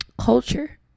culture